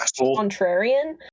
contrarian—